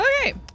Okay